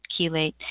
chelate